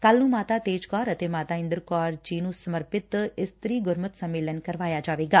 ਕੱਲੂ ਨੂੰ ਮਾਤਾ ਤੇਜ ਕੌਰ ਅਤੇ ਮਾਤਾ ਇਦਰ ਕੌਰ ਜੀ ਨੂੰ ਸਮਰਪਿਤ ਇਸਤਰੀ ਗੁਰਮਤਿ ਸੰਮੇਲਨ ਕਰਵਾਇਆ ਜਾਵੇਗਾ